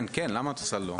כן, כן, למה את עושה לא?